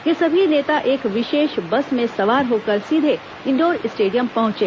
ये सभी नेता एक विशेष बस में सवार होकर सीधे इंडोर स्टेडियम पहुंचे